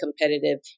competitive